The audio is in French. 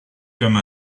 comme